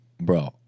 bro